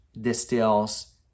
distills